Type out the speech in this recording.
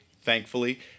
thankfully